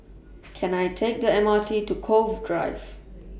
Can I Take The M R T to Cove Drive